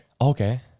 okay